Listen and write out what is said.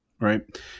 right